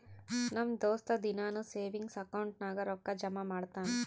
ನಮ್ ದೋಸ್ತ ದಿನಾನೂ ಸೇವಿಂಗ್ಸ್ ಅಕೌಂಟ್ ನಾಗ್ ರೊಕ್ಕಾ ಜಮಾ ಮಾಡ್ತಾನ